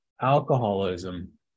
alcoholism